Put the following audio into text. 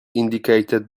indicated